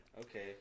Okay